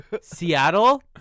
Seattle